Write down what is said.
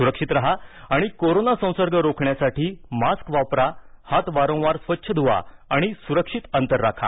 सुरक्षित राहा आणि कोरोना संसर्ग रोखण्यासाठी मास्क वापरा हात वारंवार स्वच्छ धुवा आणि सुरक्षित अंतर राखा